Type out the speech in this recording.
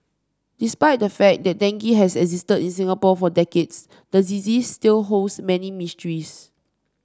despite the fact that dengue has existed in Singapore for decades the disease still holds many mysteries